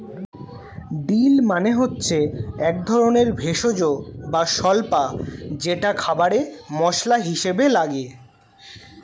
deal মানে হচ্ছে একধরনের ভেষজ বা স্বল্পা যেটা খাবারে মসলা হিসেবে লাগে